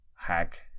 hack